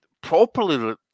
properly